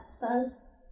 first